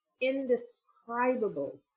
indescribable